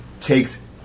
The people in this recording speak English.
takes